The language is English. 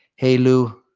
hey, lou.